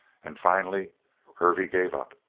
and finally hervey gave up.